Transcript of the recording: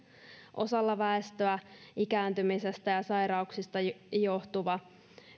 osalla väestöä ikääntymisestä ja ja sairauksista johtuva